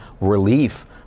relief